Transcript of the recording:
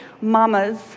mamas